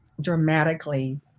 dramatically